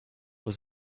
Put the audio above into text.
was